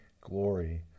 glory